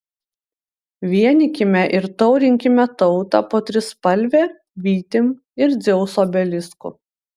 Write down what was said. vienykime ir taurinkime tautą po trispalve vytim ir dzeuso obelisku